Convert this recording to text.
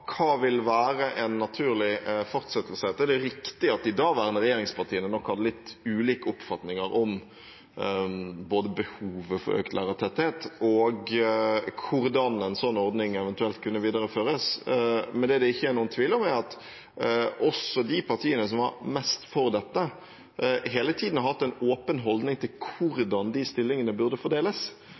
Hva vil være en naturlig fortsettelse av dette? Det er riktig at de daværende regjeringspartiene nok hadde litt ulike oppfatninger om både behovet for økt lærertetthet og hvordan en sånn ordning eventuelt kunne videreføres, men det det ikke er noen tvil om, er at også de partiene som var mest for dette, hele tiden har hatt en åpen holdning til hvordan de stillingene burde fordeles.